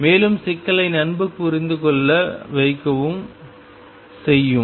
மேலும் சிக்கலை நன்கு புரிந்துகொள்ள வைக்கவும் செய்யும்